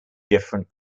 different